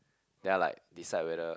then I like decide whether